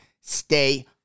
Stay